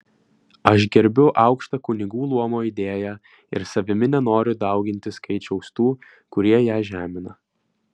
aš gerbiu aukštą kunigų luomo idėją ir savimi nenoriu dauginti skaičiaus tų kurie ją žemina